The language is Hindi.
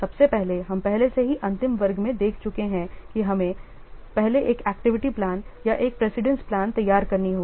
सबसे पहले हम पहले से ही अंतिम वर्ग में देख चुके हैं कि हमें पहले एक एक्टिविटी प्लान या एक प्रेसिडेंस प्लान तैयार करनी होगी